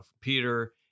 Peter